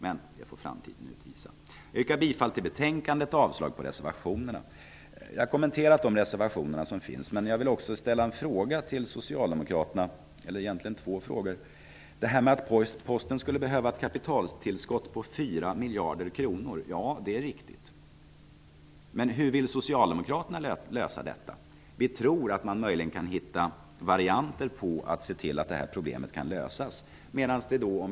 Det får framtiden utvisa. Jag yrkar bifall till hemställan i betänkandet och avslag på reservationerna. Jag har kommenterat de reservationer som finns, men jag vill också ställa två frågor till Det är riktigt att Posten skulle behöva ett kapitaltillskott på 4 miljarder kronor. Hur vill Socialdemokraterna lösa detta? Vi tror att man möjligen kan hitta varianter på lösning av problemet.